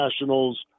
Nationals